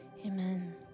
amen